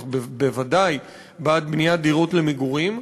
בוודאי בעד בניית דירות למגורים,